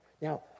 Now